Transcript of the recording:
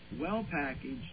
well-packaged